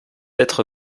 être